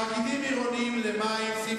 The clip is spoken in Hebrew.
סעיף 58, תאגידים עירוניים למים.